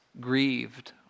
grieved